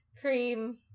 cream